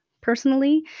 personally